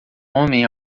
homem